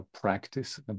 practice